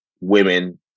women